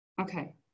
Okay